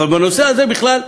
אבל בנושא הזה בכלל נעלמה,